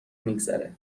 میگذره